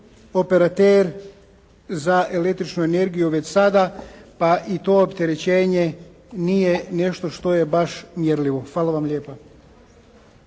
operater za električnu energiju već sada, pa i to opterećenje nije nešto što je baš mjerljivo. Hvala vam lijepa.